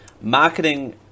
marketing